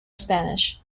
spanish